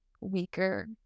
weaker